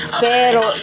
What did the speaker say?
pero